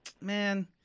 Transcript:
man